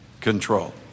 control